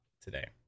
today